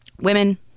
women